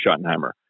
Schottenheimer